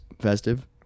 festive